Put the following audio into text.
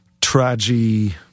tragedy